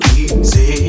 easy